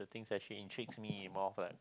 things actually intrigues me more of like